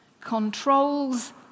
controls